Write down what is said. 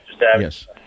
yes